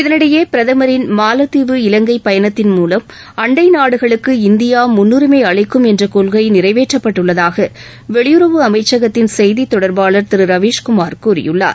இதனிடையே பிரதமரின் மாலத்தீவு இலங்கை பயணத்தின் மூலம் அண்டை நாடுகளுக்கு இந்தியா முன்னுரிமை அளிக்கும் என்ற கொள்கை நிறைவேற்றப்பட்டுள்ளதாக வெளியுறவு அமைச்சகத்தின் செய்தி தொடர்பாளர் திரு ரவீஷ்குமார் கூறியுள்ளார்